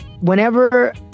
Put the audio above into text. whenever